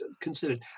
considered